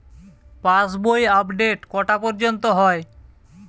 পাশ বই আপডেট কটা পর্যন্ত হয়?